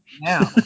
now